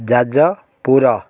Jajpur